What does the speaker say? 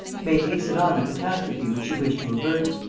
may hasten on the catastrophe which you wish to avert.